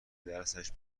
درسش